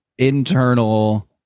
internal